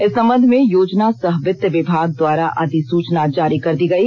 इस संबंध में योजना सह वित्त विभाग द्वारा अधिसूचना जारी कर दी गयी